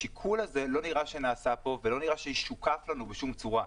השיקול הזה לא נראה פה ולא נראה שישוקף לנו בשום צורה.